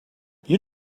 you